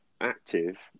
active